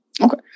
Okay